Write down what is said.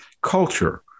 culture